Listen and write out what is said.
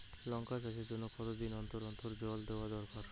লঙ্কা চাষের জন্যে কতদিন অন্তর অন্তর জল দেওয়া দরকার?